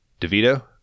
DeVito